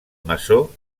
maçó